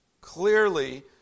clearly